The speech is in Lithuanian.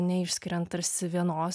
neišskiriant tarsi vienos